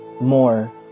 more